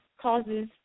causes